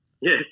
Yes